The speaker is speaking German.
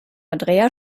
andrea